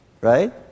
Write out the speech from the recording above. right